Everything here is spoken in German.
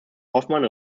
hofmann